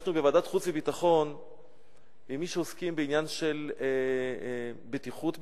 נפגשנו בוועדת חוץ וביטחון עם מי שעוסקים בעניין של בטיחות בצה"ל,